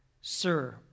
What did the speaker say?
Sir